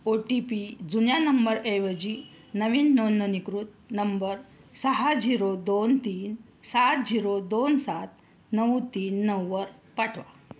ओ T P जुन्या नंबरऐवजी नवीन नोंदणीकृत नंबर सहा झिरो दोन तीन सात झिरो दोन सात नऊ तीन नऊवर पाठवा